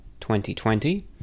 2020